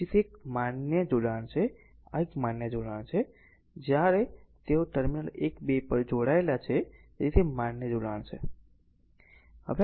તેથી તે એક માન્ય જોડાણ છે આ એક માન્ય જોડાણ છે જ્યારે તેઓ ટર્મિનલ 1 2 પર જોડાયેલા છે તેથી તે માન્ય જોડાણ છે